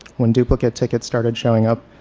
when duplicate tickets started showing up,